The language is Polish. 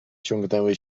ciągnęły